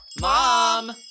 Mom